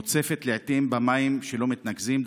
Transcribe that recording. מוצפת לעיתים במים שלא מתנקזים,